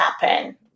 happen